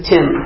Tim